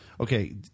Okay